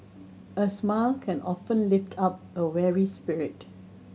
a smile can often lift up a weary spirit